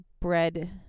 bread